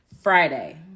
Friday